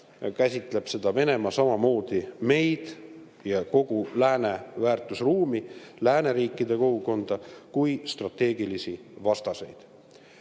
käsitleb samamoodi meid ja kogu lääne väärtusruumi, lääneriikide kogukonda kui strateegilisi vastaseid.